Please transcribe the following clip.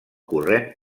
corrent